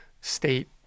State